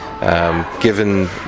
Given